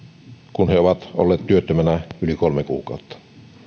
kun he ovat olleet työttömänä yli kolme kuukautta